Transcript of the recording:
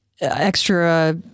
extra